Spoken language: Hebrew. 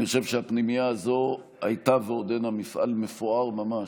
אני חושב שהפנימייה הזאת הייתה ועודנה מפעל מפואר ממש.